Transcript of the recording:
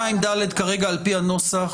חברים, ב-220ד כרגע על פי הנוסח